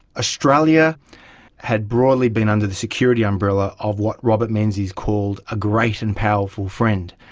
australia had broadly been under the security umbrella of what robert menzies called a great and powerful friend.